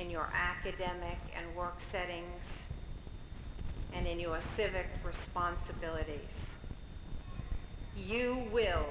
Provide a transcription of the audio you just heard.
in your academic and work setting and then you a civic responsibility you will